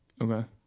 okay